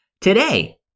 Today